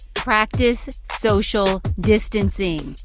practice social distancing.